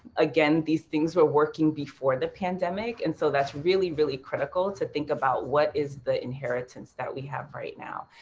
again, these things were working before the pandemic, and so that's really, really critical to think about what is the inheritance that we have right now?